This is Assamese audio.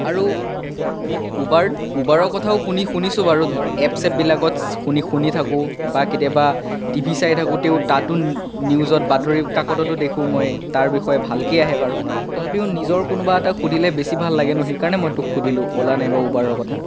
আৰু উবাৰ উবাৰৰ কথাও শুনিছোঁ বাৰু ধৰ এপ চেপবিলাকত শুনি থাকোঁ বা কেতিয়াবা টিভি চাই থাকোঁতেও তাত নিউজত বাতৰি কাকততো দেখোঁ মই তাৰ বিষয়ে ভালকৈয়ে আহে বাৰু তথাপিও নিজৰ কোনোবা এটাক সুধিলে বেছি ভাল লাগে ন সেইকাৰণে মই তোক সুধিলোঁ অ'লা নাইবা উবাৰৰ কথা